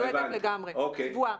מיועדת לגמרי, צבועה.